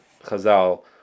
Chazal